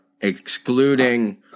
excluding